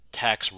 tax